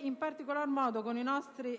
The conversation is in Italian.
In particolar modo, i nostri